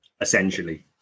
essentially